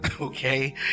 Okay